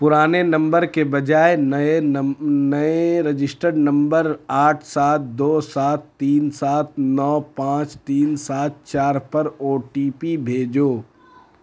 پرانے نمبر کے بجائے نئے نئے رجسٹرڈ نمبر آٹھ سات دو سات تین سات نو پانچ تین سات چار پر او ٹی پی بھیجو